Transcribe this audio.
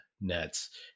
Nets